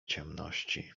ciemności